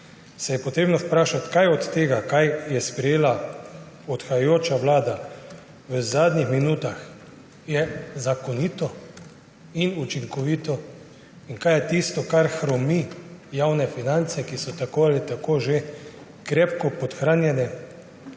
se je potrebno vprašati, kaj od tega, kar je sprejela odhajajoča vlada v zadnjih minutah, je zakonito in učinkovito in kaj je tisto, kar hromi javne finance, ki so tako ali tako že krepko podhranjene.